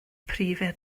prif